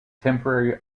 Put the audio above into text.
temporary